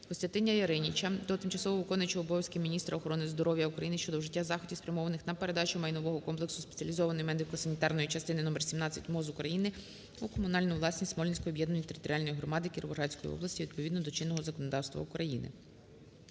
КостянтинаЯриніча до тимчасово виконуючої обов'язки міністра охорони здоров'я України щодо вжиття заходів, спрямованих на передачу майнового комплексу Спеціалізованої медико-санітарної частини № 17 МОЗ України у комунальну власність Смолінської об'єднаної територіальної громади Кіровоградської області відповідно до чинного законодавства України.